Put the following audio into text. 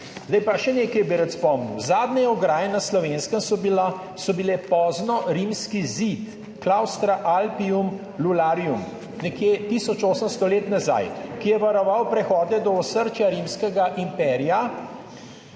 Zdaj pa še nekaj bi rad spomnil, zadnje ograje na Slovenskem so bile, so bile pozno rimski zid, Claustra Alpium luliarum, nekje tisoč 800 let nazaj, ki je varoval prehode do osrčja rimskega imperija.